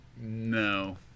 No